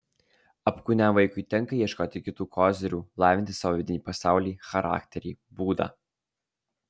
apkūniam vaikui tenka ieškoti kitų kozirių lavinti savo vidinį pasaulį charakterį būdą